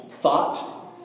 thought